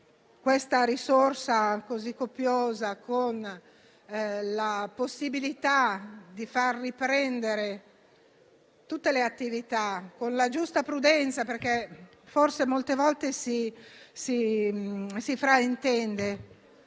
queste risorse così copiose e nella possibilità di far riprendere tutte le attività, con la giusta prudenza, perché forse molte volte si fraintende.